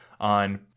on